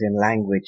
language